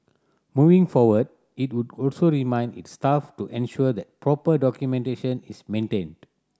moving forward it would also remind its staff to ensure that proper documentation is maintained